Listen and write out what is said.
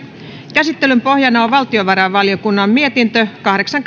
käsittelyn pohjana on valtiovarainvaliokunnan mietintö kahdeksan